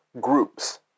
groups